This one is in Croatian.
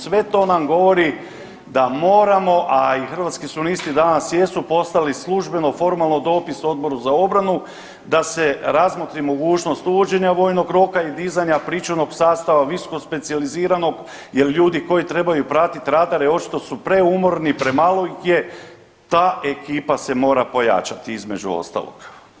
Sve to nam govori da moramo, a i Hrvatski suverenisti danas jesu poslali službeno formalno dopis Odboru za obranu da se razmotri mogućnost uvođenja vojnog roka i dizanja pričuvnog sastava visokospecijaliziranog jer ljudi koji trebaju pratiti radare očito su preumorni, premalo ih je ta ekipa se mora pojačati između ostalog.